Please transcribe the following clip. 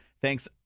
thanks